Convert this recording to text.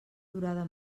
durada